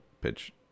pitch